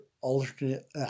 alternate